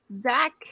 Zach